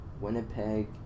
Winnipeg